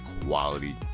quality